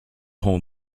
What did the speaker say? hone